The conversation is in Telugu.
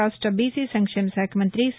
రాష్ట్ర బీసీ సంక్షేమ శాఖ మంతి సి